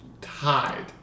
tied